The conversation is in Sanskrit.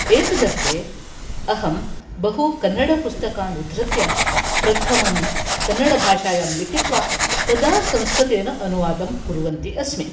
एतदर्थे अहं बहु कन्नडपुस्तकान् उद्धृत्य प्रथमं कन्नडभाषायां लिखित्वा तदा संस्कृतेन अनुवादं कुर्वन्ती अस्मि